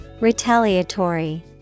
Retaliatory